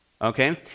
Okay